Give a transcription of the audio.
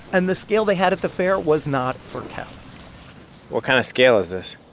and the scale they had at the fair was not for cows what kind of scale is this?